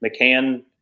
McCann